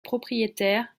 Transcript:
propriétaire